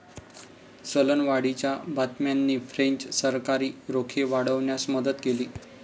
चलनवाढीच्या बातम्यांनी फ्रेंच सरकारी रोखे वाढवण्यास मदत केली